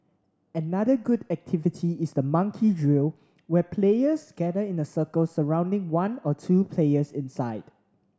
another good activity is the monkey drill where players gather in a circle surrounding one or two players inside